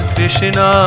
Krishna